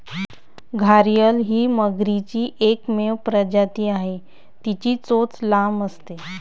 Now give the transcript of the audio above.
घारीअल ही मगरीची एकमेव प्रजाती आहे, तिची चोच लांब असते